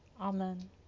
Amen